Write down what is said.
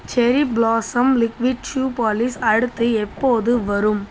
cherry blossom liquid shoe polish அடுத்து எப்போது வரும்